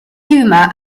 humour